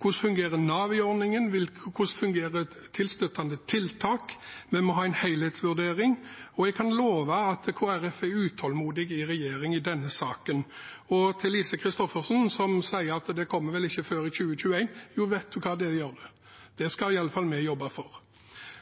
hvordan Nav fungerer i ordningen, hvordan tilstøtende tiltak fungerer. Vi må ha en helhetsvurdering, og jeg kan love at Kristelig Folkeparti er utålmodige i regjering i denne saken. Til Lise Christoffersen, som sier at det kommer vel ikke før i 2021: Jo, det gjør det – det skal i alle fall vi jobbe for.